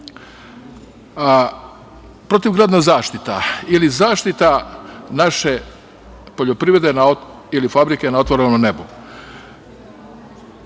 Protivgradna zaštita ili zaštita naše poljoprivrede ili fabrike na otvorenom nebu.